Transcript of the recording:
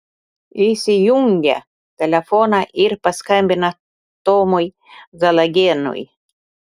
įsijungia telefoną ir paskambina tomui zalagėnui